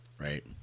Right